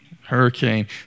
Hurricane